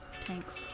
thanks